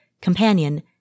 companion